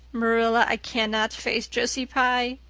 marilla, i cannot face josie pye.